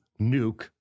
nuke